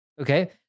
okay